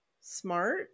smart